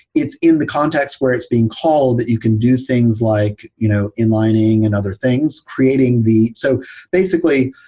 it's in the context where it's being called that you can do things like you know in lining and other things, creating the so basically,